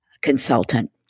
consultant